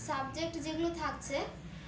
subject যেগুলো থাকছে